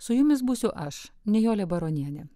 su jumis būsiu aš nijolė baronienė